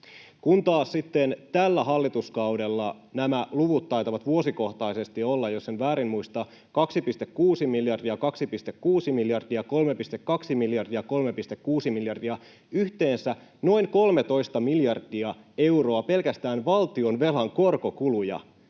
kun taas sitten tällä hallituskaudella nämä luvut taitavat vuosikohtaisesti olla, jos en väärin muista, 2,6 miljardia, 2,6 miljardia, 3,2 miljardia, 3,6 miljardia — yhteensä noin 13 miljardia euroa pelkästään valtionvelan korkokuluja